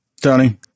Tony